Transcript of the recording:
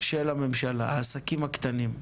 של הממשלה,